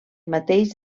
mateix